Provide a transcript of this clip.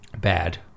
Bad